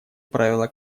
правило